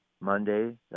Monday